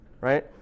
right